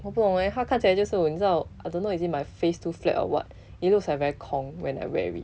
我不懂 leh 它看起来就是你知道 I don't know is it my face too flat or what it looks like very 空 when I wear it